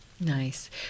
nice